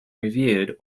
reviewed